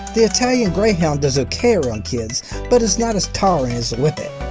the italian greyhound does okay around kids but is not as tolerant as the whippet.